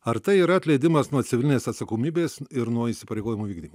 ar tai yra atleidimas nuo civilinės atsakomybės ir nuo įsipareigojimų vykdymo